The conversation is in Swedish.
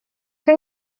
kan